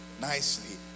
nicely